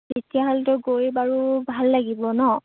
তেতিয়াহ'লেতো গৈ বাৰু ভাল লাগিব ন'